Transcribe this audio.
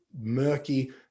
murky